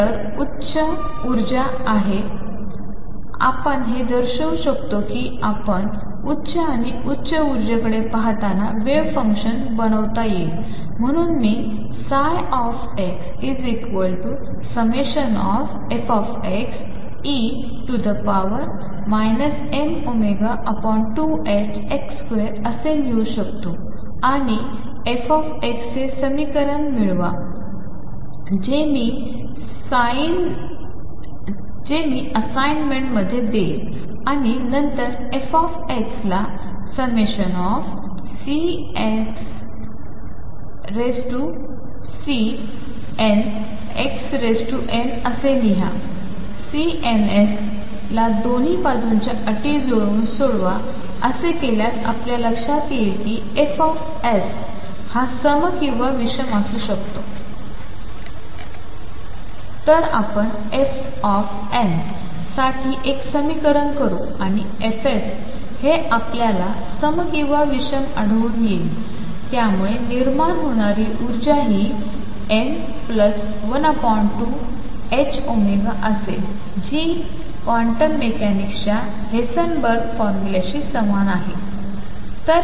तर खरं ती उच्च उर्जा आहे आपण हे दर्शवू शकता की आपण उच्च आणि उच्च उर्जाकडे जाताना हे वेव्ह फंक्शन बनतात म्हणून मी ψ fxe mω2ℏx2 असे लिहू शकतो आणि f चे समीकरण मिळवा जे मी असाईनमेंट मध्ये देईन आणि नंतर f ला Cnxn असे लिहा C ns ला दोन्ही बाजूंच्या अटी जुळवून सोडवा असे केल्यास आपल्या लक्ष्यात येईल कि fs हा सम किंवा विषम असू शकेल तर आपण f n साठी एक समीकरण करू आणि fs हे आपल्याला सम किंवा विषम आढळून येईल त्यामुळे निर्माण होणारी ऊर्जा हि n12ℏω असेल जी कि क्वांटम मेकॅनिक्सच्या हेसनबर्ग फॉर्म्युलेशी समान आहे